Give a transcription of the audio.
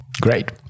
Great